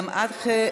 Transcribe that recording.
לידיעתכם,